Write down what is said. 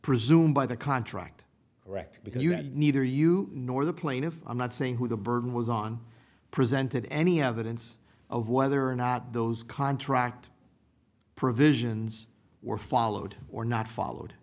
presumed by the contract correct because you had neither you nor the plaintiff i'm not saying who the burden was on presented any evidence of whether or not those contract provisions were followed or not followed